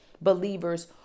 believers